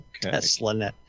TeslaNet